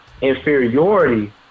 inferiority